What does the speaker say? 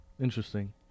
interesting